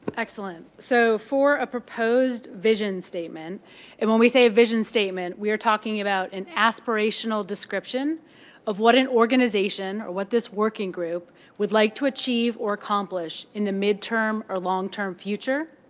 excellent. so, for a proposed vision statement and when we say vision statement, we are talking about an aspirational description of what an organization or what this working group would like to achieve or accomplish in the mid-term or long term future.